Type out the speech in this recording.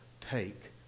take